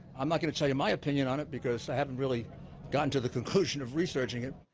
i'm not gonna tell you my opinion on it because i haven't really gotten to the conclusion of researching it.